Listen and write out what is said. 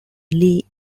lee